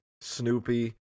Snoopy